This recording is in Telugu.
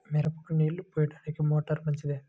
మిరపకు నీళ్ళు పోయడానికి మోటారు మంచిదా?